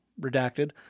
redacted